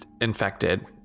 infected